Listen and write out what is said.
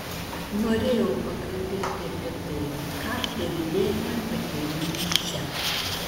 norėjau pakalbėti apie tai ką aptarinėjome pakeliui į čia